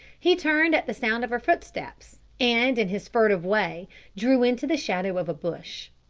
he turned at the sound of her footsteps and in his furtive way drew into the shadow of a bush.